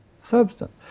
substance